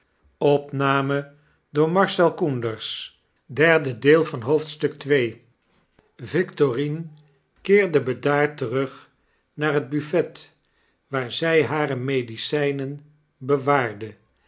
victorine keerde bedaard terug naar het buffet waar zij hare medicijnen bewaarde